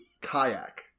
kayak